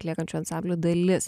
atliekančių ansamblių dalis